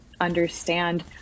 understand